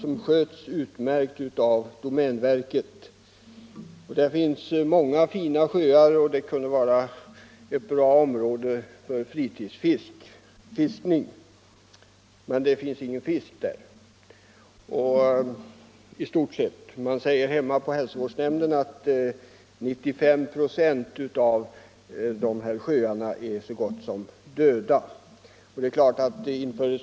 Det sköts utmärkt av domänverket, och där finns många fina sjöar. De kunde vara bra för fritidsfiske — men det finns ingen fisk. Hälsovårdsnämnden hemma säger att 95 96 av dessa sjöar är så gott som döda.